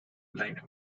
line